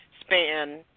span